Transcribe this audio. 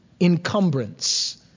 encumbrance